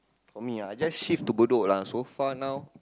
for me ah I just shift to Bedok lah so far now